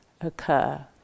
occur